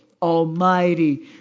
almighty